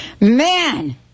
Man